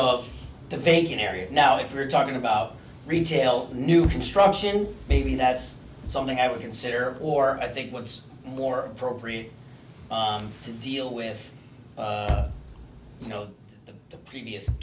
of the vacant area now if you're talking about retail new construction maybe that's something i would consider or i think what's more appropriate to deal with you know the previous